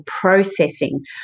processing